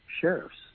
sheriffs